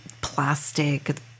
plastic